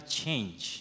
change